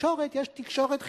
לתקשורת יש תקשורת חינם.